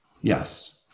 Yes